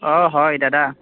অ হয় দাদা